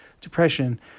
Depression